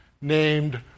named